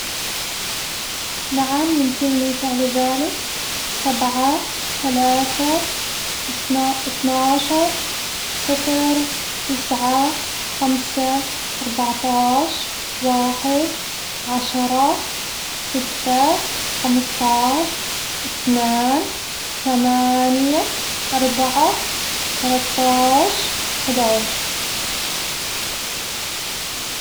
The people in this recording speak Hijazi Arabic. نعم، يمكنني فعل ذلك، سبعة، ثلاثة، اثنا- اتناشر، صفر، تسعة، خمسة، أربعتاش، واحد، عشرة، ستة، خمستاش، اثنان، ثمانية، أربعة، تلاتاش، حداش.